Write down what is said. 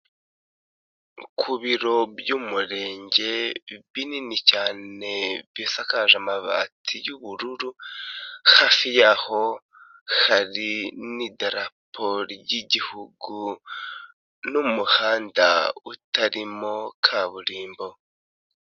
Ku biro by'Umurenge binini cyane bisakaje amabati y'ubururu, hafi yaho hari n'idarapo ry'igihugu n'umuhanda utarimo kaburimbo.